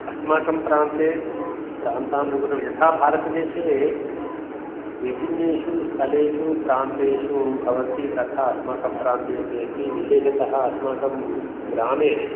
अस्माकं प्रान्ते प्रान्तानुगुणं यथा भारतदेशे विभिन्नेषु स्तलेषु प्रान्तेषु भवन्ति तथा अस्माकं प्रान्ते अपि अस्ति विशेषतः अस्माकं ग्रामे